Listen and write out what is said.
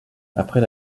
après